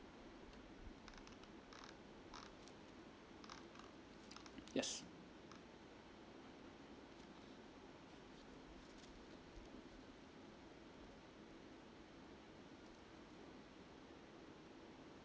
yes